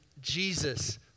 Jesus